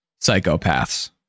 psychopaths